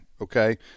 Okay